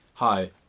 Hi